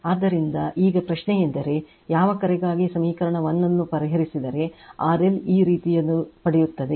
ಆದ್ದರಿಂದ ಈಗ ಪ್ರಶ್ನೆಯೆಂದರೆ ಯಾವ ಕರೆಗಾಗಿ ಸಮೀಕರಣ 1 ಅನ್ನು ಪರಿಹರಿಸಿದರೆ RL ಈ ರೀತಿಯದನ್ನು ಪಡೆಯುತ್ತದೆ